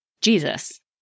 Jesus